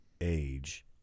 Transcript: age